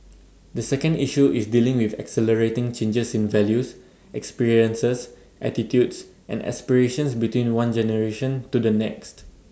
the second issue is dealing with accelerating changes in values experiences attitudes and aspirations between one generation to the next